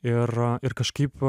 ir ir kažkaip